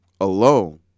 alone